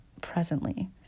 presently